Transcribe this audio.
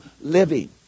living